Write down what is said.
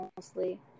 mostly